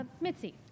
Mitzi